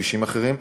כבישים אחרים.